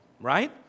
Right